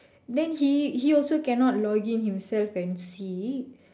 then he he also cannot login himself and see